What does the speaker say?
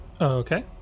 Okay